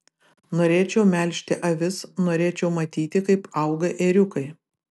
norėčiau melžti avis norėčiau matyti kaip auga ėriukai